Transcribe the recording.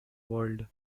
world